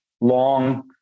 long